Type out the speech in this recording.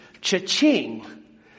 Cha-ching